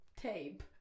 Tape